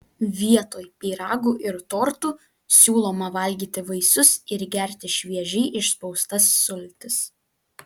vietoj pyragų ir tortų siūloma valgyti vaisius ir gerti šviežiai išspaustas sultis